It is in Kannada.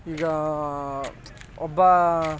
ಈಗ ಒಬ್ಬ